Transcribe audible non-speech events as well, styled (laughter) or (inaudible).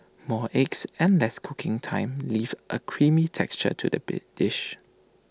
more eggs and less cooking time leave A creamy texture to the (unintelligible) dish